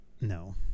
No